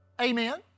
amen